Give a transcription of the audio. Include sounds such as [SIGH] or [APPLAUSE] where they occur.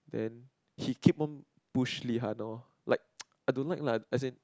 then he keep on push Lee-Han lor like [NOISE] I don't like lah as in